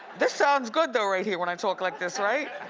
this sounds good though right here when i talk like this, right?